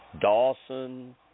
Dawson